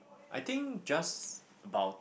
I think just about